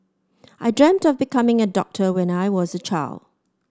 I dreamt of becoming a doctor when I was a child